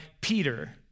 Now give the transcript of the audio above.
Peter